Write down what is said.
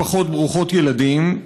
משפחות מרובות ילדים.